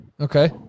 Okay